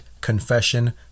confession